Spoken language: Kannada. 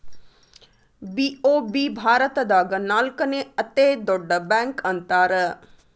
ಬಿ.ಓ.ಬಿ ಭಾರತದಾಗ ನಾಲ್ಕನೇ ಅತೇ ದೊಡ್ಡ ಬ್ಯಾಂಕ ಅಂತಾರ